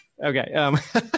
Okay